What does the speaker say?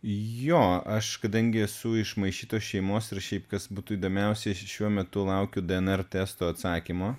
jo aš kadangi esu iš maišytos šeimos ir šiaip kas būtų įdomiausia šiuo metu laukiu dnr testo atsakymo